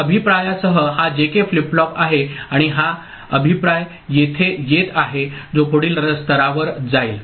तर अभिप्रायासह हा जेके फ्लिप फ्लॉप आहे आणि हा अभिप्राय येथे येत आहे जो पुढील स्तरावर जाईल